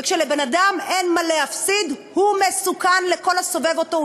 וכשלבן-אדם אין מה להפסיד הוא מסוכן לכל הסובב אותו,